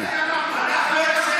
אנחנו?